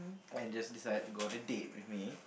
and just decided to go on a date with me